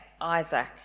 Isaac